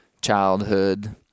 childhood